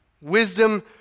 Wisdom